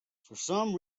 some